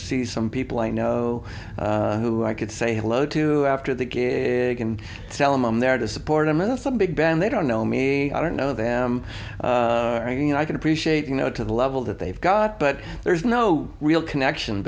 see some people i know who i could say hello to after the gig and tell them i'm there to support them in some big band they don't know me i don't know them i mean i can appreciate you know to the level that they've got but there's no real connection